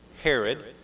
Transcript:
Herod